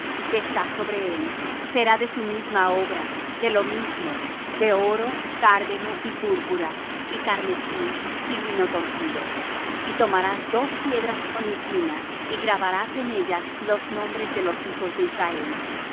que está sobre él será de su misma obra de lo mismo de oro cárdeno y púrpura y carmesí y lino torcido y tomarás dos piedras oniquinas y grabarás en ellas los nombres de los hijos de israel